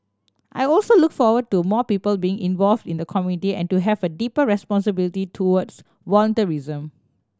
I also look forward to more people being involved in the community and to have a deeper responsibility towards volunteerism